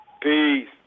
Peace